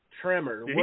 Tremor